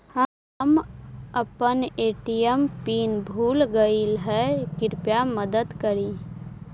हम अपन ATM PIN भूल गईली हे, कृपया मदद करी